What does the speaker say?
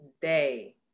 day